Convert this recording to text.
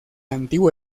antiguo